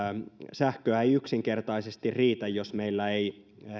sähköä ei yksinkertaisesti riitä jos meillä ei